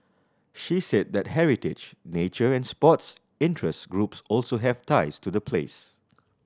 she said that heritage nature and sports interest groups also have ties to the place